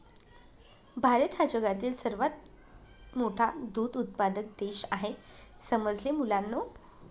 भारत हा जगातील सर्वात मोठा दूध उत्पादक देश आहे समजले मुलांनो